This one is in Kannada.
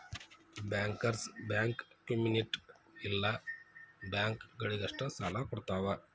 ಬ್ಯಾಂಕರ್ಸ್ ಬ್ಯಾಂಕ್ ಕ್ಮ್ಯುನಿಟ್ ಇಲ್ಲ ಬ್ಯಾಂಕ ಗಳಿಗಷ್ಟ ಸಾಲಾ ಕೊಡ್ತಾವ